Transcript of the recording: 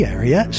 Area